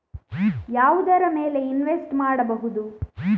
ಯಾವುದರ ಮೇಲೆ ಇನ್ವೆಸ್ಟ್ ಮಾಡಬಹುದು?